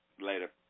Later